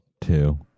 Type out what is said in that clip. Two